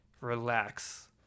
Relax